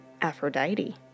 Aphrodite